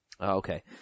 Okay